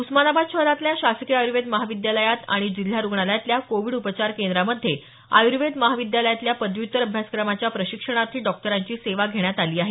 उस्मानाबाद शहरातल्या शासकीय आयर्वेद महाविद्यालयात आणि जिल्हा रुग्णालयातल्या कोविड उपचार केंद्रामध्ये आयुर्वेद महाविद्यालयातल्या पदव्युत्तर अभ्यासक्रमाच्या प्रशिक्षणार्थी डॉक्टरांची सेवा घेण्यात आली आहे